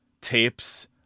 tapes